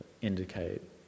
indicate